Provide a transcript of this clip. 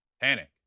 panic